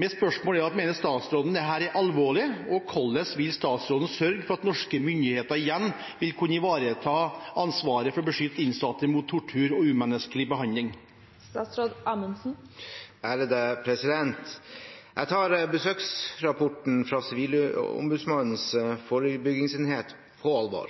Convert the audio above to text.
Mener statsråden dette er alvorlig, og hvordan vil statsråden sørge for at norske myndigheter igjen vil kunne ivareta ansvaret for å beskytte innsatte mot tortur og